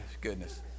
Goodness